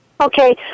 Okay